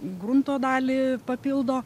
grunto dalį papildo